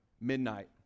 midnight